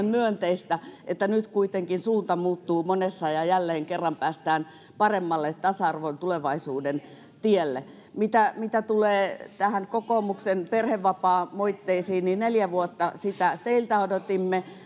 myönteistä että nyt kuitenkin suunta muuttuu monessa ja jälleen kerran päästään paremmalle tasa arvon tulevaisuuden tielle mitä mitä tulee näihin kokoomuksen perhevapaamoitteisiin niin neljä vuotta sitä teiltä odotimme